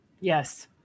Yes